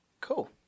cool